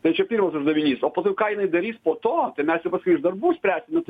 tai čia pirmas uždavinys o po to ką jinai darys po to mes jau paskui iš darbų spręsim nu tai